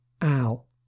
Al